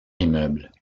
immeubles